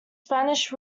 spanish